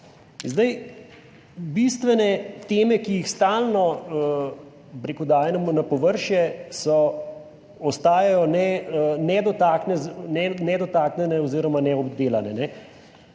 In bistvene teme, ki jih stalno dajemo na površje, ostajajo nedotaknjene oziroma neobdelane.